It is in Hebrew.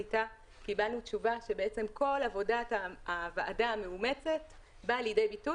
קיבלנו תשובה שבעצם כל עבודת הוועדה המאומצת באה לידי ביטוי